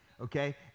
okay